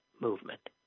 movement